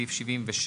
סעיף 76